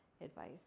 advice